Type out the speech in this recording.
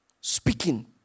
Speaking